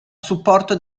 supporto